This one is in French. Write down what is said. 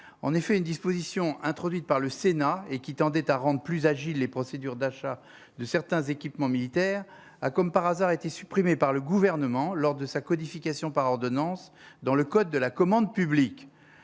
en effet, une disposition introduite par le Sénat et qui tendait à rendre plus Agile, les procédures d'achat de certains équipements militaires a comme par hasard été supprimée par le gouvernement lors de sa codification par ordonnance dans le code de la commande publique,